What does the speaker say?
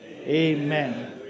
Amen